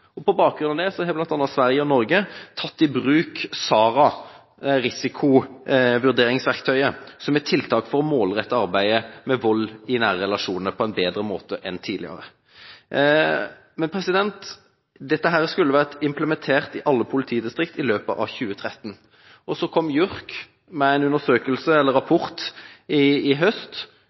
og på bakgrunn av dette har bl.a. Sverige og Norge tatt i bruk risikovurderingsverktøyet SARA som et tiltak for å målrette arbeidet mot vold i nære relasjoner på en bedre måte enn tidligere. Dette skulle vært implementert i alle politidistrikt i løpet av 2013. Så kom JURK med en rapport i høst som avdekket at det kun var ett av 27 politidistrikt som hadde startet implementeringen av SARA i